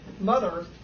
mother